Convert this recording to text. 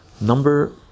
Number